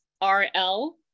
R-L